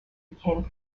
became